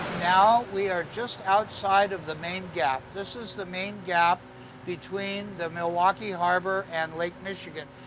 now, we are just outside of the main gap. this is the main gap between the milwaukee harbor and lake michigan.